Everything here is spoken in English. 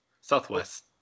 Southwest